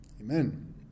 amen